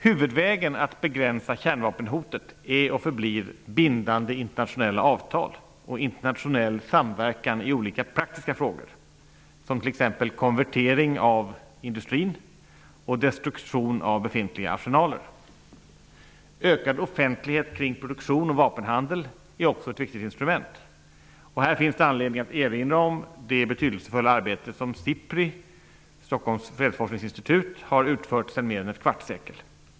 Huvudvägen att begränsa kärnvapenhotet är och förblir bindande internationella avtal och internationell samverkan i olika praktiska frågor, t.ex. konvertering av industrin och destruktion av befintliga arsenaler. Ökad offentlighet kring produktion och vapenhandel är också ett viktigt instrument. Här finns det anledning att erinra om det betydelsefulla arbete som SIPRI -- Stockholms fredsforskningsinstitut -- har utfört i mer än ett kvartssekel.